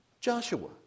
Joshua